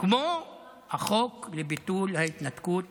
כמו החוק לביטול ההתנתקות